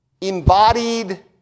embodied